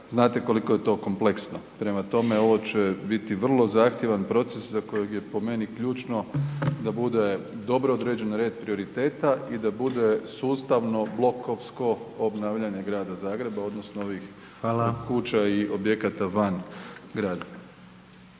znate koliko je to kompleksno. Prema tome, ovo će biti vrlo zahtjevan proces za kojeg je po meni ključno da bude dobro određen red prioriteta i da bude sustavno blokovsko obnavljanje Grada Zagreba odnosno ovih kuća i objekata van …